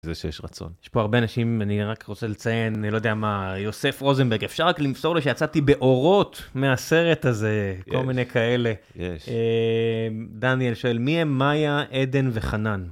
זה שיש רצון. יש פה הרבה אנשים, אני רק רוצה לציין, אני לא יודע מה יוסף רוזנברג, אפשר רק למסור לו שיצאתי באורות מהסרט הזה, כל מיני כאלה. יש. דניאל שואל, מי הם מאיה, עדן וחנן?